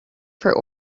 for